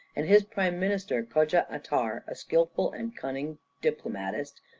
and his prime minister, kodja-atar, a skilful and cunning diplomatist,